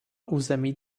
území